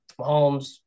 Mahomes